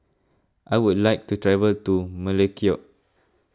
I would like to travel to Melekeok